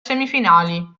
semifinali